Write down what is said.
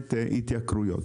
ובאמת התייקרויות.